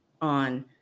on